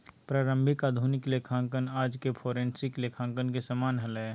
प्रारंभिक आधुनिक लेखांकन आज के फोरेंसिक लेखांकन के समान हलय